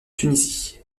tunisie